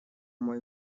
мой